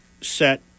set